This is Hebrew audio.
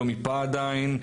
לא מיפה עדיין,